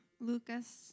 Lucas